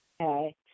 Okay